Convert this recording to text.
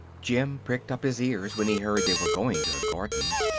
jim pricked up his ears when he heard they were going to the gardens,